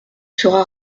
sera